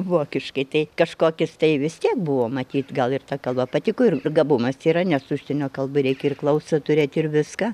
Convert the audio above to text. vokiškai tai kažkokis tai vis tiek buvo matyt gal ir ta kalba patiko ir gabumas yra nes užsienio kalbai reikia ir klausą turėt ir viską